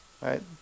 right